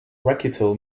recital